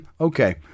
Okay